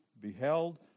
beheld